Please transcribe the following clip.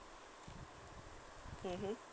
mmhmm